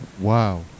Wow